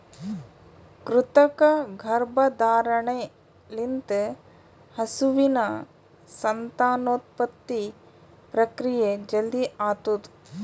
ಕೃತಕ ಗರ್ಭಧಾರಣೆ ಲಿಂತ ಹಸುವಿನ ಸಂತಾನೋತ್ಪತ್ತಿ ಪ್ರಕ್ರಿಯೆ ಜಲ್ದಿ ಆತುದ್